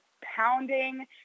pounding